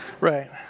Right